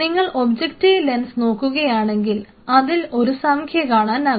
നിങ്ങൾ objective lens നോക്കുകയാണെങ്കിൽ അതിൽ ഒരു സംഖ്യ കാണാനാകും